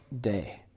day